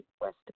west